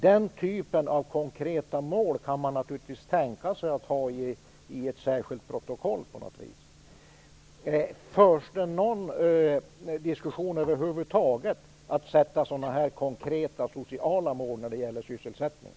Den typen av konkreta mål kan man naturligtvis tänka sig i ett särskilt protokoll. Förs det över huvud taget någon diskussion om att sätta upp sådana konkreta sociala mål när det gäller sysselsättningen?